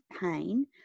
pain